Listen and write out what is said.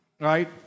right